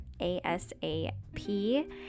ASAP